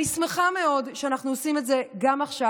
אני שמחה מאוד שאנחנו עושים את זה גם עכשיו.